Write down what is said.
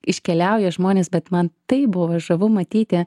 iškeliauja žmonės bet man taip buvo žavu matyti